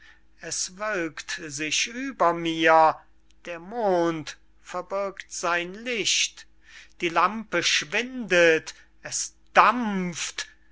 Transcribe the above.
es wölkt sich über mir der mond verbirgt sein licht die lampe schwindet es dampft